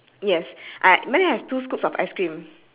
hidden also then the window eh yours